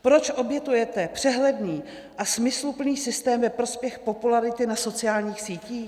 Proč obětujete přehledný a smysluplný systém ve prospěch popularity na sociálních sítích?